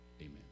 amen